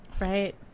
Right